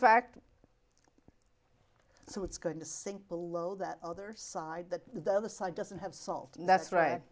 fact so it's going to sink below that other side that the other side doesn't have solved that's right